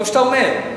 טוב שאתה אומר.